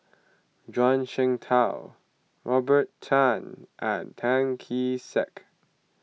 Zhuang Shengtao Robert Tan and Tan Kee Sek